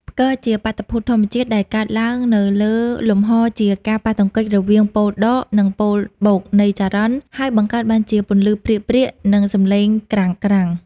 ផ្គរ ជាបាតុភូតធម្មជាតិដែលកើតឡើងនៅលើលំហជាការ ប៉ះទង្គិចរវាងប៉ូលដក និងប៉ូលបូកនៃចរន្តហើយបង្កើតបានជាពន្លឺព្រាកៗនិងសំឡេងក្រាំងៗ។